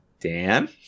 Dan